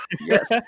Yes